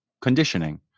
conditioning